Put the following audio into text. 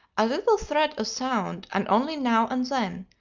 a little thread of sound, and only now and then,